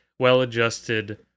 well-adjusted